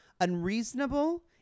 unreasonable